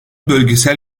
bölgesel